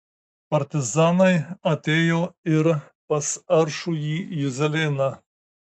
partizanai atėjo ir pas aršųjį juzelėną